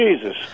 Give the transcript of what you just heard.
Jesus